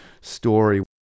story